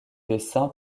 dessin